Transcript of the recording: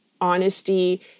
honesty